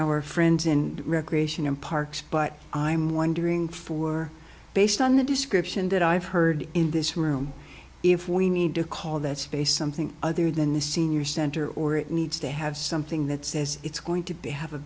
our friends in recreation and parks but i'm wondering for based on the description that i've heard in this room if we need to call that space something other than the senior center or it needs to have something that says it's going to be have a